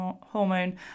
hormone